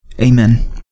Amen